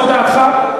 זו דעתך?